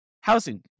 housing